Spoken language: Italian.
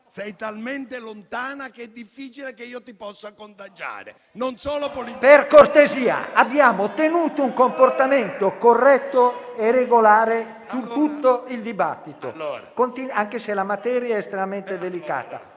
Sei talmente lontana che è difficile che ti possa contagiare. PRESIDENTE. Per cortesia, abbiamo tenuto un comportamento corretto e regolare su tutto il dibattito, anche se la materia è estremamente delicata.